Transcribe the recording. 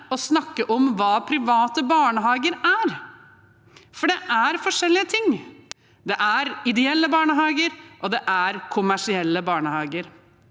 å snakke om hva private barnehager er, for det er forskjellige ting. Det er ideelle barnehager, og det er kommersielle barnehager.